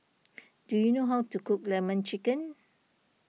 do you know how to cook Lemon Chicken